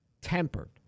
tempered